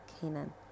Canaan